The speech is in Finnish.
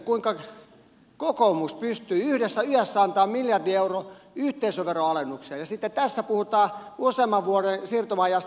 kuinka kokoomus pystyy yhdessä yössä antamaan miljardin euron yhteisöveroalennuksen ja sitten tässä puhutaan useamman vuoden siirtymäajasta